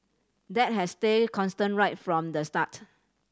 that has stayed constant right from the start